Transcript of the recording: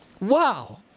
Wow